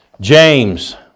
James